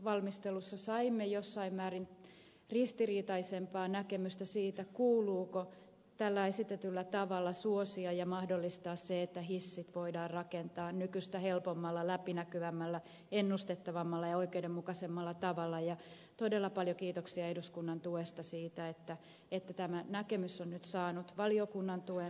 etukäteisvalmistelussa saimme jossain määrin ristiriitaisempaa näkemystä siitä kuuluuko tällä esitetyllä tavalla suosia ja mahdollistaa sitä että hissit voidaan rakentaa nykyistä helpommalla läpinäkyvämmällä ennustettavammalla ja oikeudenmukaisemmalla tavalla ja todella paljon kiitoksia eduskunnan tuesta siitä että tämä näkemys on nyt saanut valiokunnan tuen lausuntovaliokuntien tuen